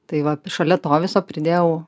tai va šalia to viso pridėjau